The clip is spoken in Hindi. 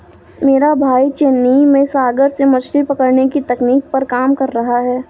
मेरा भाई चेन्नई में सागर से मछली पकड़ने की तकनीक पर काम कर रहा है